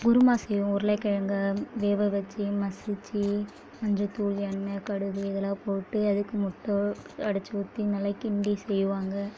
குருமா செய்வோம் உருளை கிழங்க வேக வச்சு மசித்து மஞ்சத்தூள் எண்ணெய் கடுகு இதெல்லாம் போட்டு அதுக்கு முட்டை உடச்சி ஊற்றி நல்லா கிண்டி செய்வாங்க